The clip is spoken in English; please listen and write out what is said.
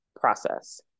process